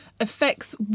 affects